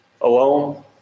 alone